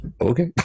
okay